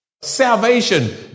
Salvation